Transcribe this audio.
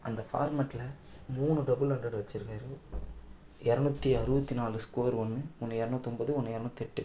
அந்த ஃபார்மெட்டில் மூணு டபுள் ஹண்ட்ரட் வச்சுருக்காரு இரநூற்றி அறுபத்தி நாலு ஸ்கோர் ஒன்று ஒன்று இரநூற்றம்பது ஒன்று இரநூற்தெட்டு